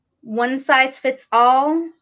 one-size-fits-all